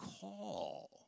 call